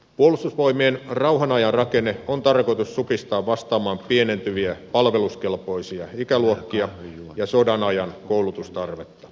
puolustusvoimien rauhanajan rakenne on tarkoitus supistaa vastaamaan pienentyviä palveluskelpoisia ikäluokkia ja sodanajan koulutustarvetta